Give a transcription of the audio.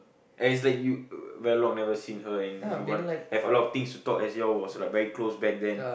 as in like you uh very long never seen her and you want have a lot of things to talk as y'all was like very close back then